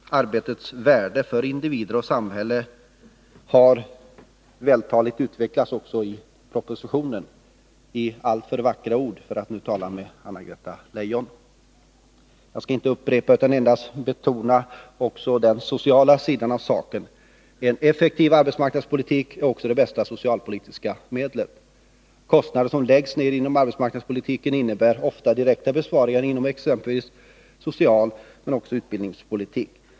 Arbetets värde för individer och samhälle har vältaligt utvecklats också i propositionen — i alltför vackra ord, för att nu tala med Anna-Greta Leijon. Jag skall inte upprepa vad som står i propositionen utan endast betona också den sociala sidan av saken. En effektiv arbetsmarknadspolitik är också det bästa socialpolitiska medlet. Kostnader som läggs ner inom arbetsmarknadspolitiken innebär ofta direkta besparingar inom exempelvis socialmen också utbildningspolitik.